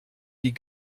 die